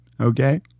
Okay